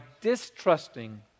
distrusting